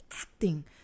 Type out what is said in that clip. acting